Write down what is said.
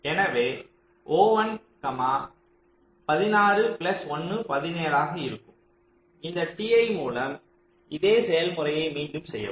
எனவே O1 16 plus 1 17 ஆக இருக்கும் இந்த t i மூலம் இதே செயல்முறையை மீண்டும் செய்யவும்